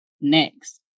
next